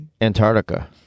Antarctica